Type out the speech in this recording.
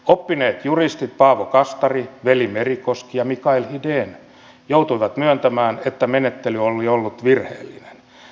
oppineet juristit paavo kastari veli merikoski ja mikael hiden joutuivat myöntämään että menettely oli ollut virheellinen